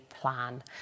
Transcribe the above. plan